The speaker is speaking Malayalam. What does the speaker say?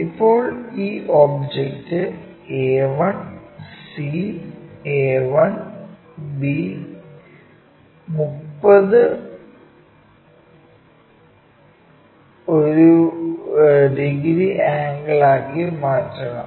ഇപ്പോൾ ഈ object a 1 c a 1 b 30 degree angle ആക്കി മാറ്റണം